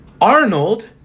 Arnold